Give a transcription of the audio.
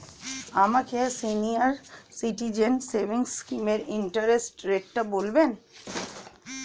আমাকে senior citizen savings স্কিমের interest রেটটা বলবেন